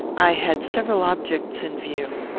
i had several objects in view.